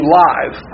live